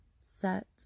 set